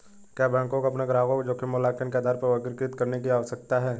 क्या बैंकों को अपने ग्राहकों को जोखिम मूल्यांकन के आधार पर वर्गीकृत करने की आवश्यकता है?